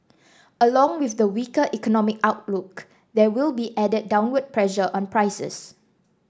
along with the weaker economic outlook there will be added downward pressure on prices